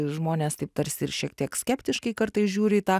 žmonės taip tarsi ir šiek tiek skeptiškai kartais žiūri į tą